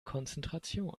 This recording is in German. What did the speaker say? konzentration